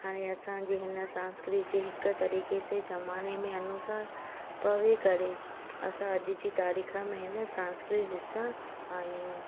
हाणे असांजे हिन संस्कृति जे हिकु तरीक़े से ज़माने में अनुसार पवे करे असां अॼु जी तारीख़ में हिन संस्कृति जा हिसा आहियूं